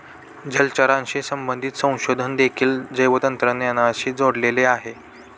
जलचराशी संबंधित संशोधन देखील जैवतंत्रज्ञानाशी जोडलेले आहे